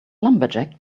lumberjack